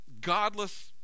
godless